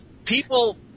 people